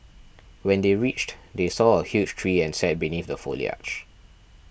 when they reached they saw a huge tree and sat beneath the foliage